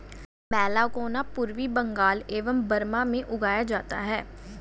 मैलाकोना पूर्वी बंगाल एवं बर्मा में उगाया जाता है